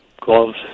gloves